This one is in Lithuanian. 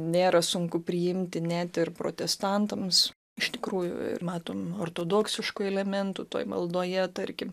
nėra sunku priimti net ir protestantams iš tikrųjų matom ortodoksiškų elementų toj maldoje tarkim